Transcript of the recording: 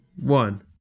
one